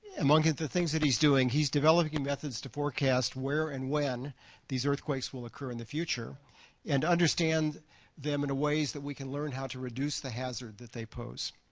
among the things that he's doing, he's developing methods to forecast where and when these earthquakes will occur in the future and understand them in ways that we can learn how to reduce the hazard that they pose.